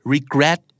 Regret